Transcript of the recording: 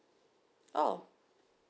oh